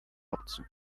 obcy